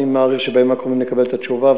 אני מעריך שבימים הקרובים נקבל את התשובה,